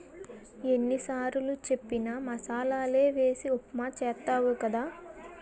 ఎన్ని సారులు చెప్పిన మసాలలే వేసి ఉప్మా చేస్తావు కదా